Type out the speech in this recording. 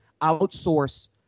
outsource